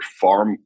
far